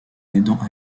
aidant